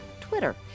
Twitter